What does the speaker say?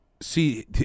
See